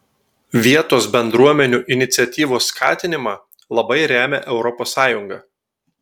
vietos bendruomenių iniciatyvos skatinimą labai remia europos sąjunga